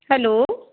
hello